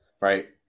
right